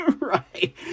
Right